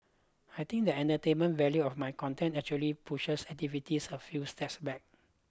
I think that the entertainment value of my content actually pushes activities a few steps back